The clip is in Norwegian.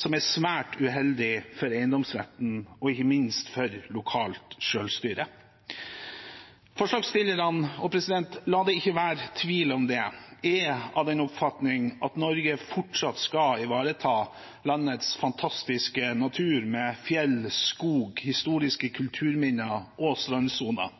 som er svært uheldig for eiendomsretten og ikke minst for lokalt selvstyre. Forslagsstillerne – og la det ikke være tvil om det – er av den oppfatning at Norge fortsatt skal ivareta landets fantastiske natur, med fjell, skog, historiske kulturminner og strandsoner.